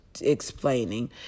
explaining